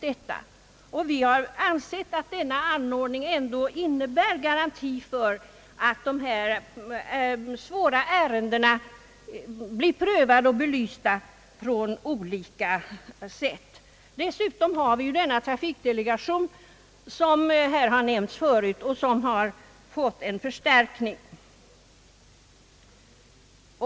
Vi inom utskottet har ansett att denna ordning innebär en garanti för att dessa svåra ärenden blir prövade och belysta från olika utgångspunkter. Den trafikdelegation, som jag nyss nämnde, har dessutom fått en förstärkning.